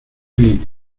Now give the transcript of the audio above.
bien